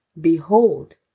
Behold